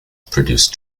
produce